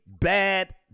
bad